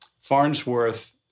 Farnsworth